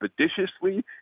expeditiously